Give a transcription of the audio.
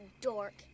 dork